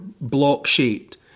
block-shaped